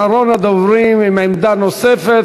אחרון הדוברים עם עמדה נוספת,